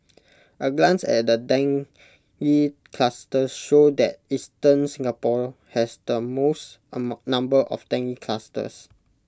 A glance at the dengue clusters show that eastern Singapore has the most number of dengue clusters